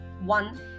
One